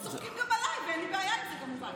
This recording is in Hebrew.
צוחקים גם עליי, ואין לי בעיה עם זה, כמובן.